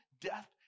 death